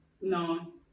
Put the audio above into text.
No